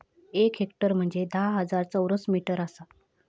एक हेक्टर म्हंजे धा हजार चौरस मीटर आसा